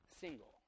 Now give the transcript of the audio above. single